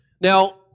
Now